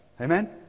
Amen